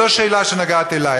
זו השאלה שנוגעת לי.